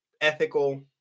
ethical